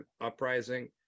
uprising